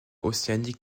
océanique